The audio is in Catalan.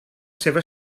seva